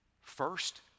First